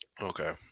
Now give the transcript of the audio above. okay